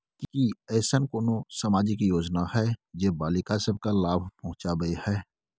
की ऐसन कोनो सामाजिक योजना हय जे बालिका सब के लाभ पहुँचाबय हय?